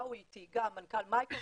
באו איתי גם מנכ"ל מיקרוסופט,